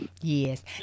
Yes